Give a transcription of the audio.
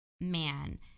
man